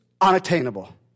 unattainable